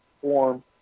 form